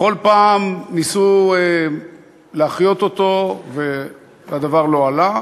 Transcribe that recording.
בכל פעם ניסו להחיות אותו והדבר לא עלה,